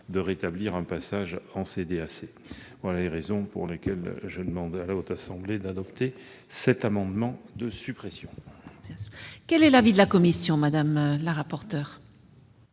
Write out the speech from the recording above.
de rétablir un passage en CDAC. Telles sont les raisons pour lesquelles je demande à la Haute Assemblée d'adopter cet amendement de suppression. Quel est l'avis de la commission ? Cette disposition